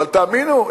אבל תאמינו,